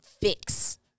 fix